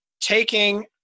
taking